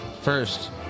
First